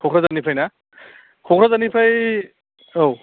क'क्राझारनिफ्रायना क'क्राझारनिफ्राय औ